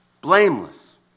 blameless